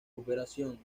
cooperación